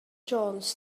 jones